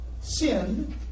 sin